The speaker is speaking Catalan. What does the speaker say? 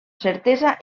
certesa